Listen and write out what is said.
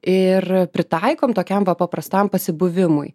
ir pritaikom tokiam va paprastam pasibuvimui